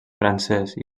francès